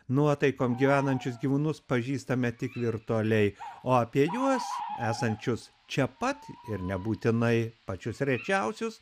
nuotaikom gyvenančius gyvūnus pažįstame tik virtualiai o apie juos esančius čia pat ir nebūtinai pačius rečiausius